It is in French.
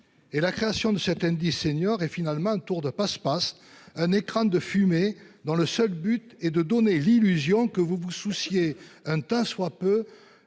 Et la création de cet indice seniors et finalement un tour de passe-passe un écran de fumée dans le seul but est de donner l'illusion que vous vous souciez hein t'soit peu